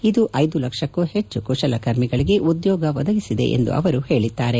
ಇದು ಐದುಲಕ್ಷಕ್ಕೂ ಹೆಚ್ಚು ಕುಶಲಕರ್ಮಿಗಳಿಗೆ ಉದ್ಯೋಗ ಒದಗಿಸಿದೆ ಎಂದು ಅವರು ಹೇಳಿದ್ದಾರೆ